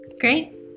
Great